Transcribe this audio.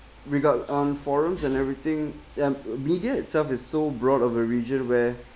regard um forums and everything ya media itself is so broad of a region where